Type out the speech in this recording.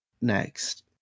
next